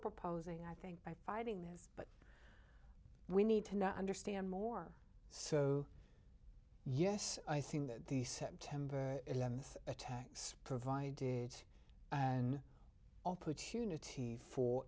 proposing i think by fighting this but we need to now understand more so yes i think that the september eleventh attacks provided an opportunity for